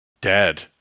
dead